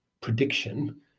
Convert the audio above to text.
prediction